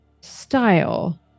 style